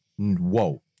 whoa